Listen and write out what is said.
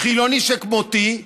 חילוני שכמותי,